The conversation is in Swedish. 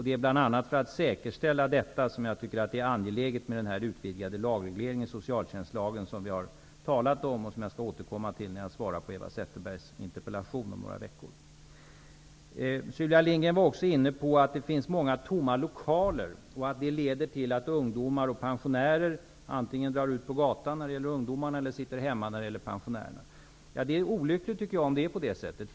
Det är bl.a. för att säkerställa detta som jag tycker det är angeläget med den utvidgade lagreglering av socialtjänstlagen som vi har talat om och som jag skall återkomma till när jag besvarar Sylvia Lindgren var vidare inne på att det finns många tomma lokaler, vilket leder till att ungdomar och pensionärer antingen drar ut på gatan -- det är ungdomar -- eller sitter hemma -- pensionärer. Det är olyckligt om det är så.